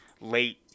late